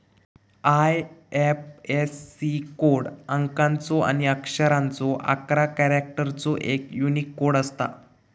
IFSC code अंकाचो आणि अक्षरांचो अकरा कॅरेक्टर्सचो एक यूनिक कोड असता